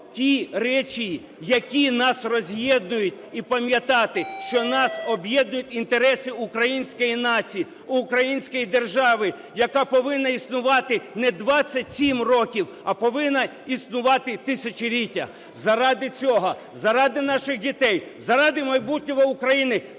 ті речі, які нас роз'єднують і пам'ятати, що нас об'єднують інтереси української нації, української держави, яка повинна існувати не 27 років, а повинна існувати тисячоліття. Заради цього, заради наших дітей, заради майбутнього України